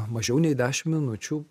mažiau nei dešimt minučių